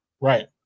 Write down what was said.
Right